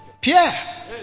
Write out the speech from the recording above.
Pierre